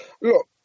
look